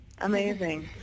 Amazing